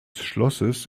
schlosses